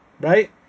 right